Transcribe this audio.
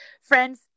Friends